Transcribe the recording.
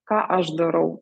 ką aš darau